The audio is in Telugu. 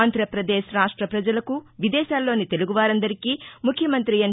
ఆంధ్రపదేశ్ రాష్ట ప్రజలకు విదేశాల్లోని తెలుగు వారందరికీ ముఖ్యమంతి ఎన్